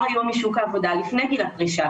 היום משוק העבודה והן לפני גיל הפרישה,